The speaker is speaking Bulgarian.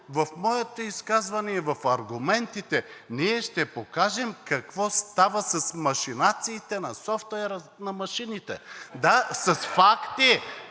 в моето изказване и в аргументите ние ще покажем какво става с машинациите на софтуера на машините. (Смях и